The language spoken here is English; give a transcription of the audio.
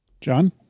John